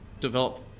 Develop